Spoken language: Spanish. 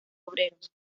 obreros